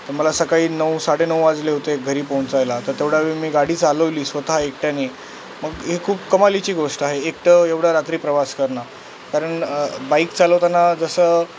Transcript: तर मला सकाळी नऊ साडे नऊ वाजले होते घरी पोहोचायला तर तेवढा वेळ मी गाडी चालवली स्वतः एकट्याने मग ही खूप कमालीची गोष्ट आहे एकटं एवढा रात्री प्रवास करणं कारण बाईक चालवताना जसं